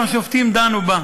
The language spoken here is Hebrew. ו-11 שופטים דנו בה.